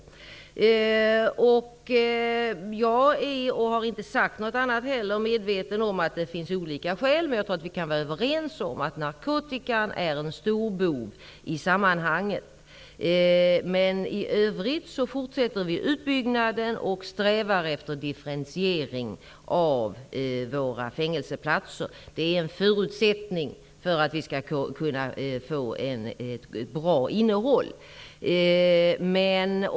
Jag är medveten om, och har inte sagt något annat, att det finns olika skäl här. Men jag tror att vi kan vara överens om att narkotikan är en stor bov i sammanhanget. I övrigt fortsätter vi med utbyggnaden och strävar efter en differentiering av våra fängelseplatser. Det är en förutsättning för att vi skall kunna få ett bra innehåll här.